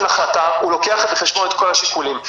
החלטה הוא לוקח בחשבון את כל השיקולים.